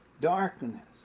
darkness